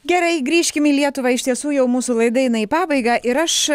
gerai grįžkim į lietuvą iš tiesų jau mūsų laida eina į pabaigą ir aš